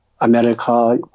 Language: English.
America